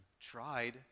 tried